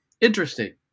interesting